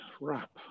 wrap